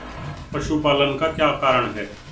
पशुपालन का क्या कारण है?